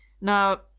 Now